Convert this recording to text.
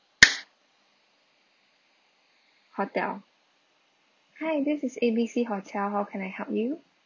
hotel hi this is A B C hotel how can I help you